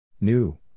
New